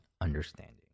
understanding